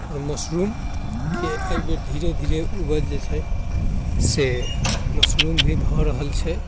आओर मशरूमके एहिबेर धीरे धीरे उपज जे छै से मशरूम भी भऽ रहल छै